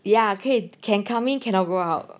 ya can can come in cannot go out